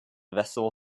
vessel